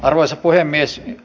arvoisa puhemies